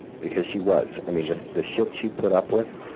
because she was. i mean, the the shit she put up with,